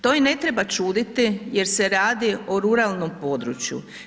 To i ne treba čuditi, jer se radi o ruralnom području.